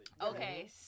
Okay